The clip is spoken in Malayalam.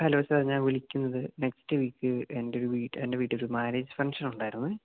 ഹലോ സാർ ഞാൻ വിളിക്കുന്നത് നെക്സ്റ്റ് വീക്ക് എൻ്റെ വീട്ടിലൊരു മാരേജ് ഫങ്ക്ഷൻ ഉണ്ടായിരുന്നു